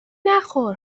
نخور